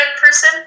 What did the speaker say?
person